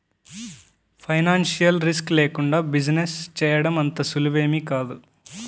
financial risk లేకుండా business చేయడం అంత సులువేమీ కాదు